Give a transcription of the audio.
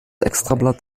extrablatt